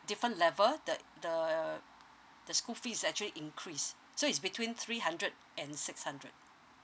different levels that the the school fees actually increase so it's between three hundred and six hundred